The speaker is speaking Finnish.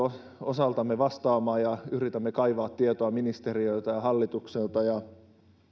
osaltamme vastaamaan vaan yritämme kaivaa tietoa ministeriöiltä ja hallitukselta